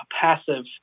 passive